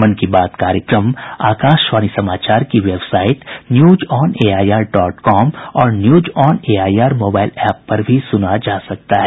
मन की बात कार्यक्रम आकाशवाणी समाचार की वेबसाइट न्यूजऑनएआईआर डॉट कॉम और न्यूजऑनएआईआर मोबाईल एप पर भी सुना जा सकता है